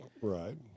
Right